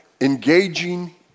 Engaging